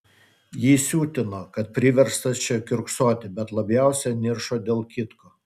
jį siutino kad priverstas čia kiurksoti bet labiausiai niršo dėl kitko